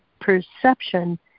perception